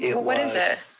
what is it?